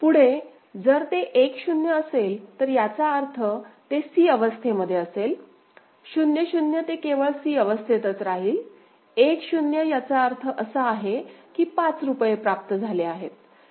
पुढे जर ते 1 0 असेल तर याचा अर्थ ते c अवस्थेमध्ये असेल 0 0 ते केवळ c अवस्थेतच राहील 1 0 याचा अर्थ असा आहे की 5 रुपये प्राप्त झाले आहेत